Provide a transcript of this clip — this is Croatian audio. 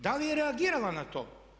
Da li je reagirala na to?